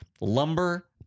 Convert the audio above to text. lumber